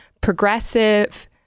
progressive